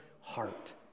heart